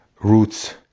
roots